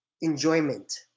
enjoyment